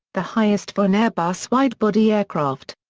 the highest for an airbus widebody aircraft.